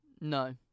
No